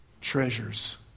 treasures